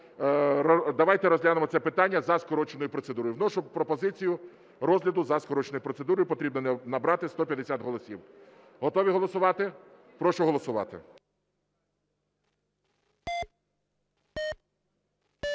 давайте розглянемо це питання за скороченою процедурою. Вношу пропозицію розгляду за скороченою процедурою. Потрібно набрати 150 голосів. Готові голосувати? Прошу голосувати.